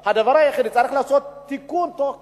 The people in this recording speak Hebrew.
הדבר היחידי שצריך לעשות הוא תיקון תוך כדי.